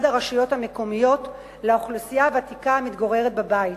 הרשויות המקומיות לאוכלוסייה הוותיקה המתגוררת בבית.